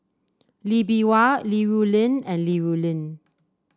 Lee Bee Wah Li Rulin and Li Rulin